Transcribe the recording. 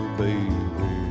baby